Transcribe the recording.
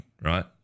right